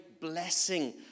blessing